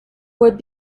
would